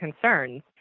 concerns